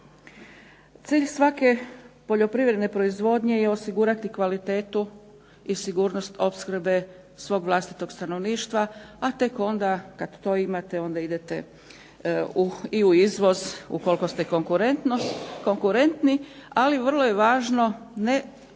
Cilj svake poljoprivredne proizvodnje je osigurati kvalitetu i sigurnost opskrbe svog vlastitog stanovništva, a tek onda kad to imate onda idete i u izvoz ukoliko ste konkurentni, ali vrlo je važno ili